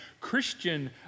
Christian